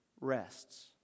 rests